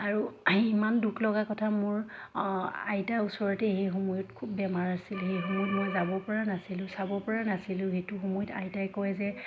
আৰু ইমান দুখ লগা কথা মোৰ আইতা ওচৰতে সেই সময়ত খুব বেমাৰ আছিল সেই সময়ত মই যাবপৰা নাছিলোঁ চাবপৰা নাছিলোঁ সেইটো সময়ত আইতাই কয় যে